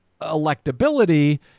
electability